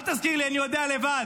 אל תזכיר לי, אני יודע לבד.